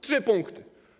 Trzy punkty.